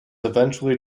eventually